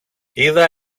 είδα